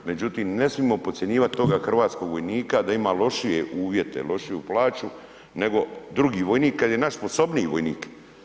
Međutim, ne smijemo podcjenjivati toga hrvatskog vojnika da ima lošije uvjete, lošiju plaću nego drugi vojnik kada je naš sposobniji vojnik.